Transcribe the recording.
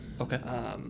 Okay